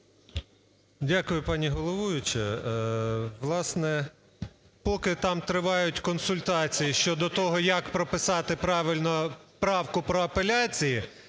Дякую, пані головуюча. Власне, поки там тривають консультації щодо того, як прописати правильно правку про апеляції.